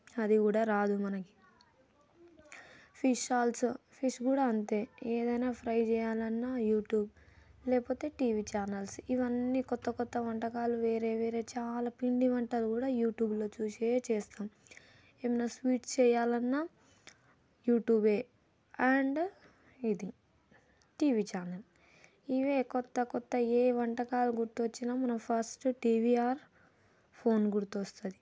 అది కూడా రాదు మనకి ఫిష్ ఆల్సో ఫిష్ కూడా అంతే ఏదైనా ఫ్రై చేయాలన్నా యూట్యూబ్ లేకపోతే టీవీ చానల్స్ ఇవన్నీ కొత్త కొత్త వంటకాలు వేరే వేరే చాలా పిండి వంటలు కూడా యూట్యూబ్లో చూసే చేస్తాం ఏదన్నా స్వీట్స్ చేయాలన్నా యూట్యూబ్యే అండ్ ఇది టీవీ ఛానల్ ఇవే కొత్త కొత్త ఏ వంటకాలు గుర్తు వచ్చిన మనం ఫస్ట్ టీవీ ఆర్ ఫోన్ గుర్తు వస్తుంది